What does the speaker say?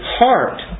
heart